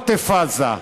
כל עוטף עזה,